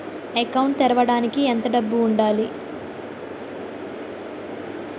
Account తెరవడానికి ఎంత డబ్బు ఉండాలి?